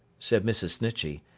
said mrs. snitchey,